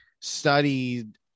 studied